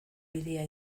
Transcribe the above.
bidea